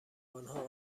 آنها